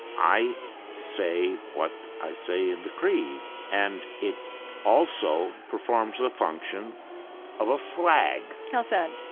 i say what i say in the creed, and it also performs the function of a flag how's that?